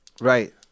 Right